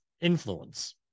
influence